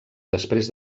després